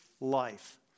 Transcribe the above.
life